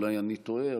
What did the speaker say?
אולי אני טועה,